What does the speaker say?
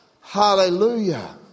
Hallelujah